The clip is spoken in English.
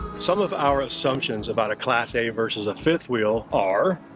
some of our assumptions about a class a versus a fifth wheel are